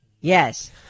Yes